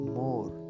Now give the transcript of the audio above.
more